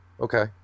Okay